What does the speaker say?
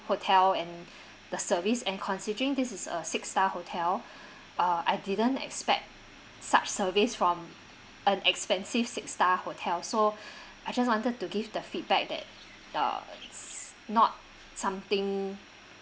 hotel and the service and considering this is a six star hotel uh I didn't expect such service from an expensive six star hotel so I just wanted to give the feedback that the s~ not something